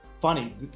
funny